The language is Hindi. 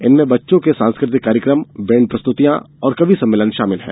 इनमें बच्चों के सांस्कृतिक कार्यक्रम बैंड प्रस्तृतियाँ और कवि सम्मेलन शामिल हैं